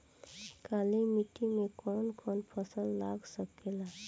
काली मिट्टी मे कौन कौन फसल लाग सकेला?